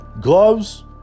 gloves